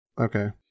Okay